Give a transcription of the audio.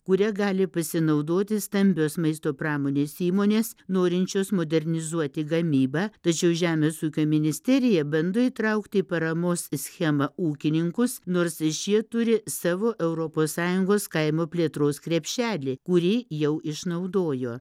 kuria gali pasinaudoti stambios maisto pramonės įmonės norinčios modernizuoti gamybą tačiau žemės ūkio ministerija bando įtraukti paramos schemą ūkininkus nors šie turi savo europos sąjungos kaimo plėtros krepšelį kurį jau išnaudojo